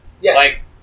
Yes